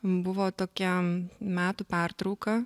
buvo tokia metų pertrauka